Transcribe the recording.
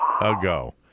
ago